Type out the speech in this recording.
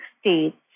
states